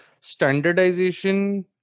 standardization